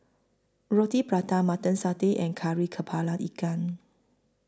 Roti Prata Mutton Satay and Kari Kepala Ikan